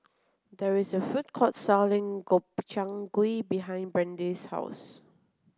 there is a food court selling Gobchang Gui behind Brande's house